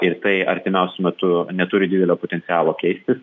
ir tai artimiausiu metu neturi didelio potencialo keistis